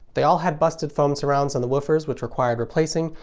they all had busted foam surrounds on the woofers which required replacing,